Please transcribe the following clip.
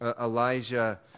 Elijah